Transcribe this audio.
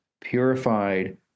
purified